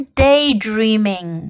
daydreaming